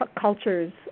cultures